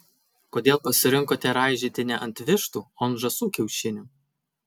kodėl pasirinkote raižyti ne ant vištų o ant žąsų kiaušinių